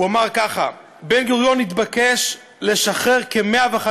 הוא אמר ככה: בן-גוריון התבקש לשחרר כ-150